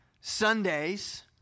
Sundays